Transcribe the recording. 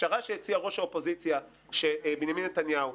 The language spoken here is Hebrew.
הפשרה שהציע ראש האופוזיציה בנימין נתניהו,